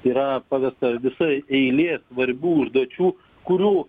yra pavesta visa eilė svarbių užduočių kurių